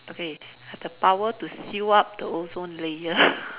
okay the power to seal up the ozone layer